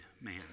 man